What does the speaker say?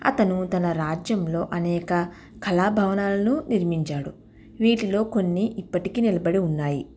అతను తన రాజ్యంలో అనేక కళా భవనాలను నిర్మించాడు వీటిలో కొన్ని ఇప్పటికి నిలబడి ఉన్నాయి